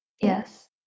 Yes